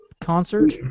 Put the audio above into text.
concert